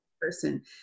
person